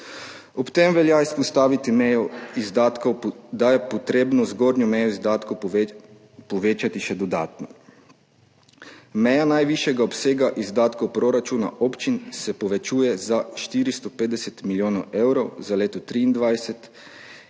Ob tem velja izpostaviti, da je potrebno zgornjo mejo izdatkov povečati še dodatno. Meja najvišjega obsega izdatkov proračuna občin se povečuje za 450 milijonov evrov za leto 2023